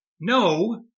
No